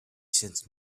sensed